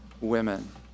women